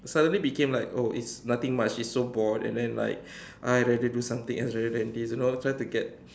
suddenly became like oh it's nothing much it's so bored and then like I rather do something else rather than this you know try to get